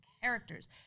characters